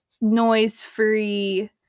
noise-free